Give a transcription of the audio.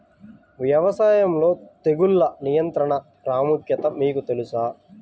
వ్యవసాయంలో తెగుళ్ల నియంత్రణ ప్రాముఖ్యత మీకు తెలుసా?